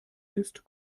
ist